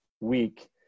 week